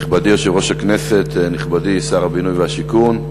נכבדי יושב-ראש הכנסת, נכבדי שר הבינוי והשיכון,